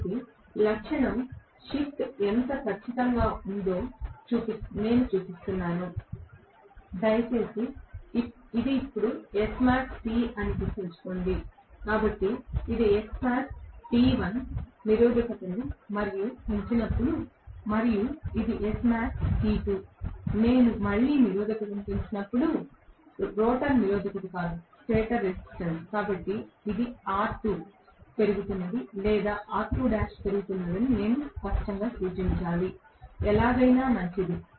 కాబట్టి లక్షణం షిఫ్ట్ ఎంత ఖచ్చితంగా ఉందో నేను చూపిస్తున్నాను దయచేసి ఇది ఇప్పుడు SmaxT అని గుర్తుంచుకోండి కాబట్టి ఇది SmaxT1 నేను నిరోధకతను మరింత పెంచినప్పుడు మరియు ఇది SmaxT2 నేను మళ్ళీ నిరోధకతను పెంచినప్పుడు రోటర్ నిరోధకత కాదు స్టేటర్ రెసిస్టెన్స్ కాబట్టి ఇది R2 పెరుగుతున్నది లేదా R2l పెరుగుతుందని నేను స్పష్టంగా సూచించాలి ఎలాగైనా మంచిది